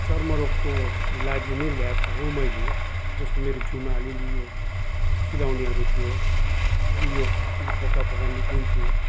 चर्म रोगको लागि नै ल्याएको हो मैले जस्तो मेरो जिउमा अलिलि यो चिलाउनेहरू थियो अलि यो केको फोका फोका निक्लिन्थ्यो